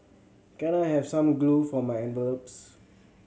can I have some glue for my envelopes